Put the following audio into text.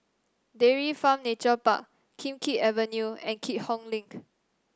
Dairy Farm Nature Park Kim Keat Avenue and Keat Hong Link